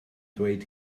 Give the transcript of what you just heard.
dweud